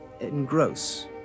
engross